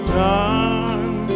done